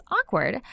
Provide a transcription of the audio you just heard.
awkward